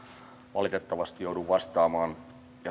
valitettavasti joudun vastaamaan